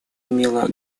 имела